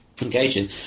engaging